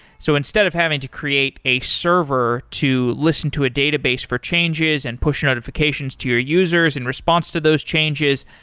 so instead of having to create a server to listen to a database for changes and push notifications to your users in response to those changes,